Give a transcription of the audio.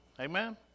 amen